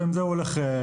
ועם זה הוא הולך הביתה.